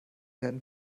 werden